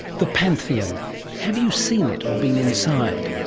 the pantheon have you seen it or been inside?